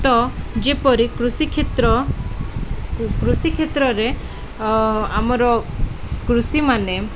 ତ ଯେପରି କୃଷି କ୍ଷେତ୍ର କୃଷି କ୍ଷେତ୍ରରେ ଆମର କୃଷିମାନେ